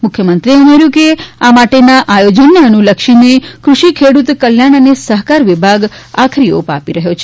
મુખ્યમંત્રીએ ઉમેર્યું કે આ માટેના આયોજનને અનુલક્ષીને કૃષિ ખેડૂત કલ્યાણ અને સહકાર વિભાગ આખરી ઓપ આપી રહ્યા છે